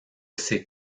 ses